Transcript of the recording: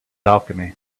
alchemy